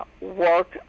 work